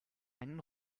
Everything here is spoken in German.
einen